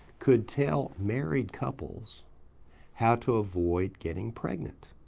could tell married couples how to avoid getting pregnant.